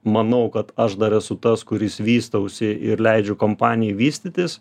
manau kad aš dar esu tas kuris vystausi ir leidžiu kompanijai vystytis